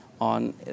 on